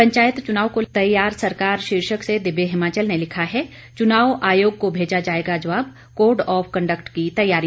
पंचायत चुनाव को तैयार सरकार शीर्षक से दिव्य हिमाचल ने लिखा है चुनाव आयोग को भेजा जाएगा जवाब कोड ऑफ कंडक्ट की तैयारी